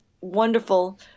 wonderful